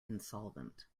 insolvent